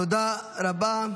תודה רבה.